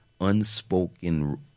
unspoken